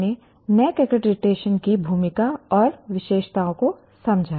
हमने NAAC accreditation की भूमिका और विशेषताओं को समझा